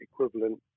equivalent